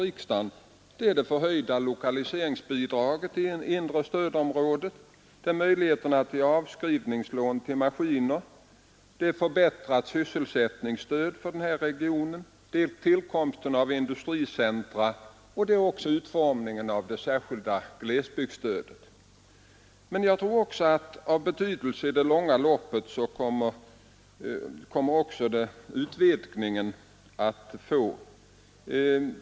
Förslagen gäller det höjda lokaliseringsbidraget i inre stödområdet, möjligheterna till avskrivningslån till maskiner, förbättrat sysselsättningsstöd för denna region, tillkomsten av industricentra och även utformningen av det särskilda glesbygdsstödet. Men också utvidgning av stödberättigad verksamhet kommer att få stor betydelse i det långa loppet.